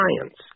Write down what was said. science